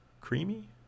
Creamy